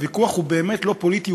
והוויכוח הוא באמת לא פוליטי,